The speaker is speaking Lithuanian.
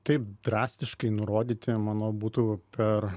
taip drastiškai nurodyti manau būtų per